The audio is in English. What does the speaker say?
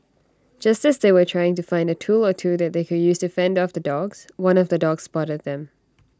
just as they were trying to find A tool or two that they could use to fend off the dogs one of the dogs spotted them